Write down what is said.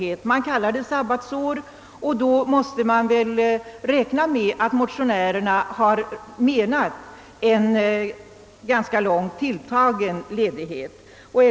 Motionärerna kallar det sabbatsår, och då måste man väl räkna med att de har tänkt sig en ganska väl tilltagen ledighet.